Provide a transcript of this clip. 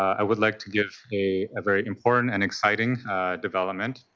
i would like to give a ah very important and exciting development.